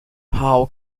how